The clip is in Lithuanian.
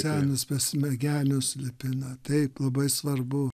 senius besmegenius lipina taip labai svarbu